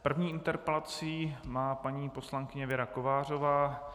První interpelaci má paní poslankyně Věra Kovářová.